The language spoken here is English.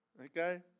Okay